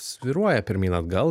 svyruoja pirmyn atgal